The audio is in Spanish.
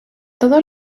todo